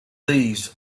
these